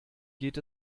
geht